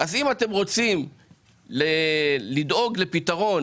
אם אתם רוצים לדאוג לפתרון